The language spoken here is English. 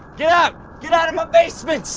yeah get out of my basement!